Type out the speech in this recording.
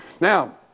Now